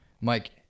Mike